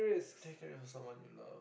take her to someone you love